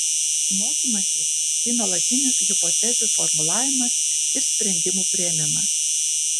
mokymasis tai nuolatinis hipotezių formulavimas ir sprendimų priėmimas